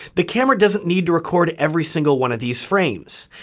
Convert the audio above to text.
the camera doesn't need to record every single one of these frames.